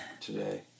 today